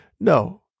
No